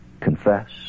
Confess